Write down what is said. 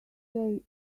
say